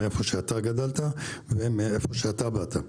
היכן שאתה גדלת ובמקום ממנו באת.